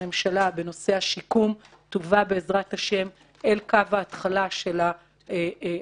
הממשלה בנושא השיקום תובא בעזרת השם אל קו ההתחלה של ההפללה,